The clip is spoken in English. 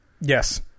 Yes